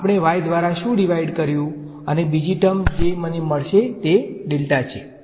આપણે y દ્વારા શું ડીવાઈડ કર્યું અને બીજી ટર્મ જે મને મળશે તે ડેલ્ટા છે